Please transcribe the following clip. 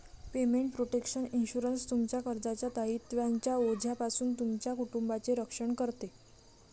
payment protection insurance, तुमच्या कर्जाच्या दायित्वांच्या ओझ्यापासून तुमच्या कुटुंबाचे रक्षण करते